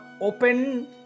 open